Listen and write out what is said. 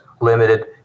limited